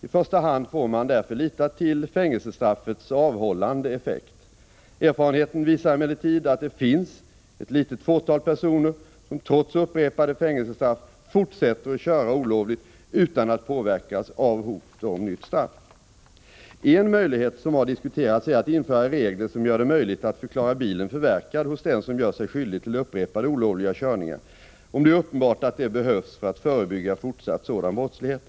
I första hand får man därför lita till fängelsestraffets avhållande effekt. Erfarenheten visar emellertid att det finns ett litet fåtal personer som trots upprepade fängelsestraff fortsätter att köra olovligt utan att påverkas av hot om nytt straff. En möjlighet som har diskuterats är att införa regler som gör det möjligt att förklara bilen förverkad hos den som gör sig skyldig till upprepade olovliga körningar, om det är uppenbart att det behövs för att förebygga fortsatt sådan brottslighet.